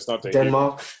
Denmark